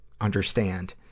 understand